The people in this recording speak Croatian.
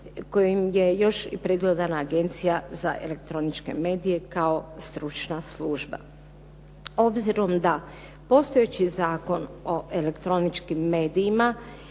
kojim je još i predlagana Agencija za elektroničke medije kao stručna služba. Obzirom da postojeći Zakon o elektroničkim medijima